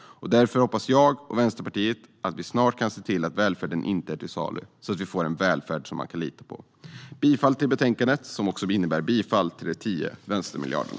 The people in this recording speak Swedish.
Därför hoppas jag och Vänsterpartiet att vi snart kan se till att välfärden inte är till salu så att vi kan få en välfärd som man kan lita på. Jag yrkar bifall till förslaget, som också innebär bifall till de 10 vänstermiljarderna.